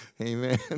Amen